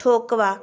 ठेकुवा